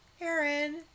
Aaron